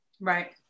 Right